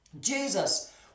Jesus